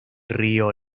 río